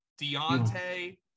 Deontay